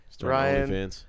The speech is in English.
Ryan